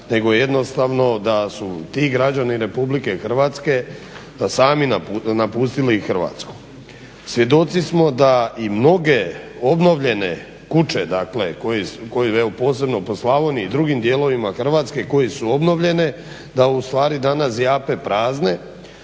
nego jednostavno da su ti građani Republike Hrvatske sami napustili Hrvatsku. Svjedoci smo da i mnoge obnovljene kuće, dakle koje, posebno po Slavoniji i drugim dijelovima Hrvatske, koje su obnovljene da ustvari danas zjape prazne.